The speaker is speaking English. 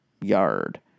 yard